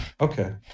okay